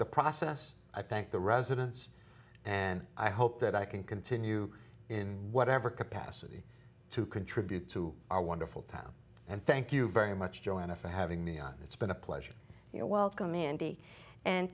the process i thank the residents and i hope that i can continue in whatever capacity to contribute to our wonderful town and thank you very much joanna for having me on it's been a pleasure you're welcome mandy and